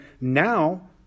now